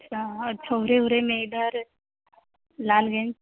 اچھا اور چورے اورے میں ادھر لال گنج